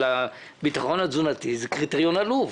בעניין הביטחון התזונתי זה קריטריון עלוב.